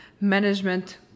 management